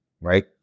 right